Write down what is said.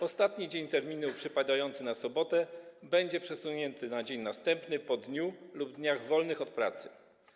Ostatni dzień terminu przypadający na sobotę będzie przesunięty na dzień następny po dniu lub dniach wolnych od pracy.